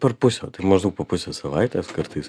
per pusę tai maždaug po pusę savaitės kartais